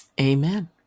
Amen